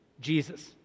Jesus